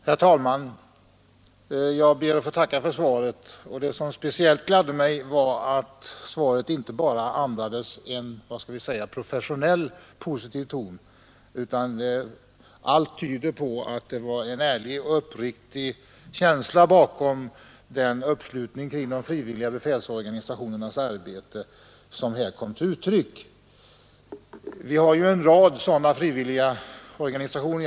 Herr talman! Jag ber att få tacka för svaret. Vad som speciellt gladde mig var att svaret inte bara andades en så att säga professionellt positiv ton. Allt tyder på att det var en ärlig och uppriktig känsla bakom den uppslutning kring de frivilliga befälsorganisationernas arbete som kom till uttryck. Vi har en rad sådana frivilliga organisationer.